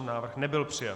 Návrh nebyl přijat.